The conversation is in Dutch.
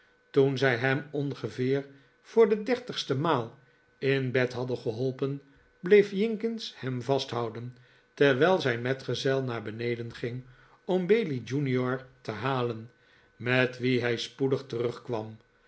toen zij hem ongeveer voor de dertigste maal in bed hadden geholpen bleef jinkins hem vasthouden terwijl zijn metgezel naar beneden ging om bailey junior te halen met wien hij spoedig terugkwam